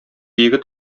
егет